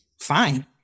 fine